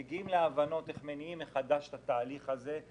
מגיעים להבנות איך מניעים מחדש את התהליך הזה,